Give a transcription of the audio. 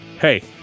hey